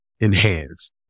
enhance